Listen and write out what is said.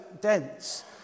dense